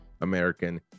american